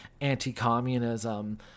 anti-communism